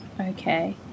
Okay